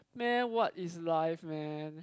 meh what is life man